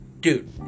dude